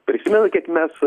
prisimenat kiek mes